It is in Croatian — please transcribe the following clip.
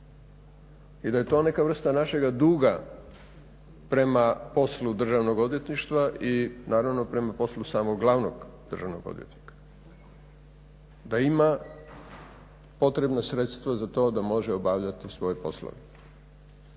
i da je to neka vrsta našega duga prema poslu Državnog odvjetništva i naravno prema poslu samog glavnog državnog odvjetnika, da ima potrebna sredstva za to da može obavljati svoje poslove.